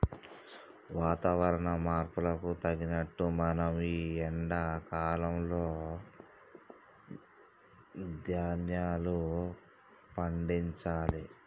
వాతవరణ మార్పుకు తగినట్లు మనం ఈ ఎండా కాలం లో ధ్యాన్యాలు పండించాలి